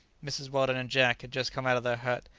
mrs. weldon and jack had just come out of their hut,